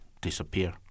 disappear